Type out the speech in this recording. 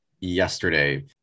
yesterday